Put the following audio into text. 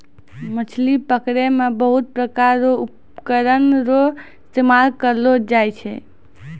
मछली पकड़ै मे बहुत प्रकार रो उपकरण रो इस्तेमाल करलो जाय छै